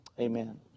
Amen